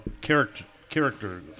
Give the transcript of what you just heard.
character